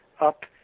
up